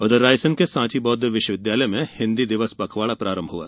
उधर रायसेन के सांची बौद्ध विश्वविद्यालय में हिन्दी दिवस पखवाड़ा मनाया गया